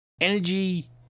energy